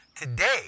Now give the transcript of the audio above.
Today